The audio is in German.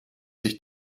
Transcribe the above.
sich